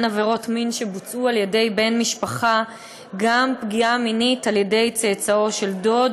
עבירות מין שבוצעו על-ידי בן משפחה גם פגיעה מינית על-ידי צאצאו של דוד,